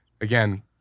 again